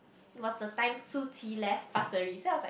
it was the time Su-qi left Pasir Ris then I was like